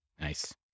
Nice